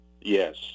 Yes